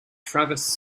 travis